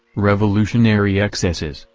revolutionary excesses,